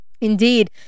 Indeed